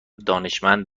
دانشمند